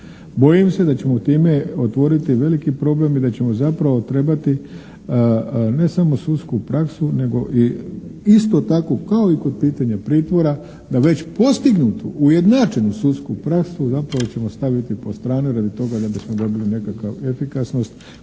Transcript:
Bojim se da ćemo time otvoriti veliki problem i da ćemo zapravo trebati ne samo sudsku praksu nego i isto tako kao i kod pitanja pritvora, na već postignutu i ujednačenu sudsku praksu, zapravo ćemo staviti po strani radi toga da bismo dobili nekakav efikasnost